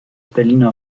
berliner